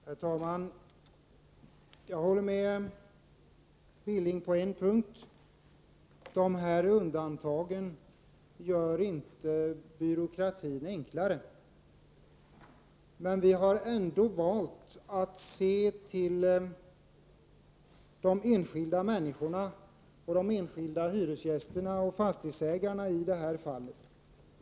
Prot. 1988/89:47 Herr talman! Jag håller med Billing på en punkt: undantagen gör inte 16 december 1988 byråkratin enklare. Vi har emellertid ändå valt att se till de enskilda Visöek isk människorna, nämligen de enskilda hyresgästerna och fastighetsägarna i det ER OPYANERRE 5 politiska åtgärder, här fallet.